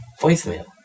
voicemail